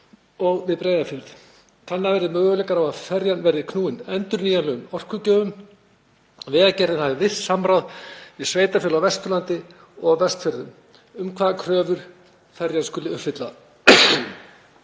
og við Breiðafjörð. Kannaðir verði möguleikar á að ferjan verði knúin endurnýjanlegum orkugjöfum. Vegagerðin hafi virkt samráð við sveitarfélög á Vesturlandi og Vestfjörðum um hvaða kröfur ferjan skuli uppfylla.